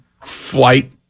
flight